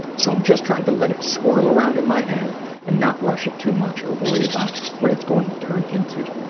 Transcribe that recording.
so i'm just trying to let it swirl around in my head and not rush it too much or worry about what it's going to turn into.